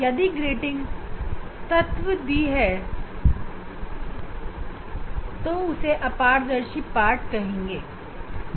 यदि ग्रेटिंग तत्व d है और इसमें अपारदर्शी पार्ट हिस्सा भी होता है